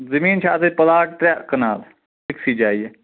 زٔمیٖن چھِ اَتٮ۪تھ پُلاٹ ترٛےٚ کنال أکۍسٕے جایہِ